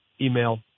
email